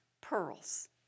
pearls